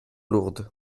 lourde